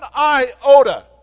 iota